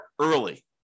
early